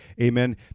Amen